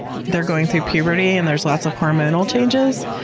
they're going through puberty and there's lots of hormonal changes.